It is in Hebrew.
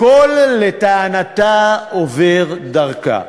הכול, לטענתה, עובר דרכה.